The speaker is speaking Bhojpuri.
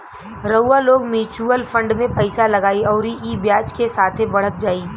रउआ लोग मिऊचुअल फंड मे पइसा लगाई अउरी ई ब्याज के साथे बढ़त जाई